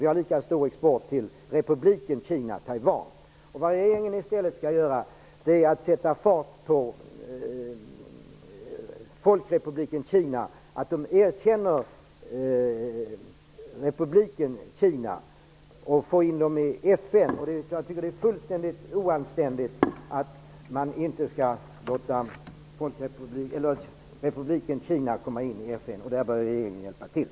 Vi har en lika stor export till Republiken Taiwan. Regeringen måste sätta fart på Folkrepubliken Kina så att den erkänner Republiken Taiwan och får med den i FN. Det är fullkomligt oanständigt att man inte låter Republiken Taiwan komma med i FN. Där bör regeringen hjälpa till.